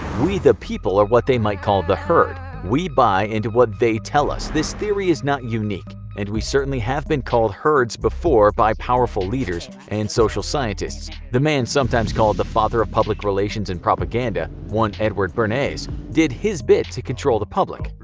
we, the people, are what they might call the herd. we'll buy into what they tell us. this theory is not unique, and we certainly have been called herds before by powerful leaders and social scientists. the man sometimes called the father of public relations and propaganda, one edward bernays, did his bit to control the public.